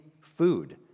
food